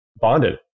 bonded